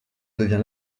devient